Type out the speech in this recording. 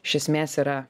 iš esmės yra